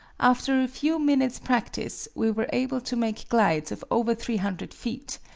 after a few minutes' practice we were able to make glides of over three hundred feet,